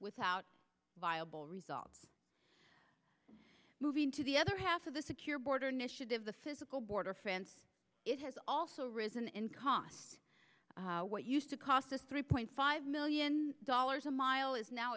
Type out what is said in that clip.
without viable results moving to the other half of the secure border initiative the physical border fence it has also risen in cost what used to cost us three point five million dollars a mile is now